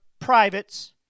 privates